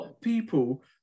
People